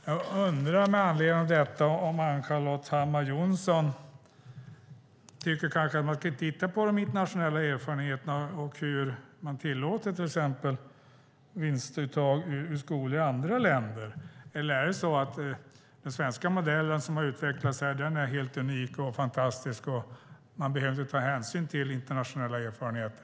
Jag undrar med anledning av detta om Ann-Charlotte Hammar Johnsson tycker att vi ska titta på de internationella erfarenheterna och hur man tillåter till exempel vinstuttag i skolor i andra länder. Eller är det så att den svenska modellen är helt unik och så fantastisk att man inte behöver ta hänsyn till internationella erfarenheter?